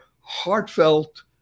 Heartfelt